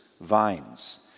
vines